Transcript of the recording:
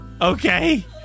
Okay